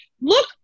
look